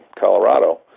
Colorado